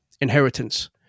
Inheritance